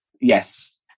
yes